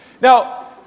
Now